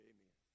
Amen